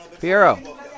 Piero